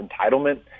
entitlement